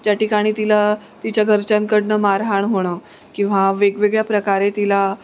ज्या ठिकाणी तिला तिच्या घरच्यांकडून मारहाण होणं किंवा वेगवेगळ्या प्रकारे तिला